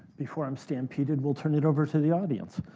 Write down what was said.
before i'm stampeded we'll turn it over to the audience.